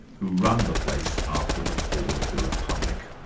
who run the place after the fall of the republic.